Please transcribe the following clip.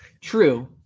True